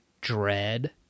dread